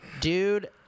Dude